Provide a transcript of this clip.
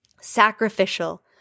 sacrificial